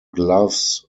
gloves